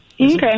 Okay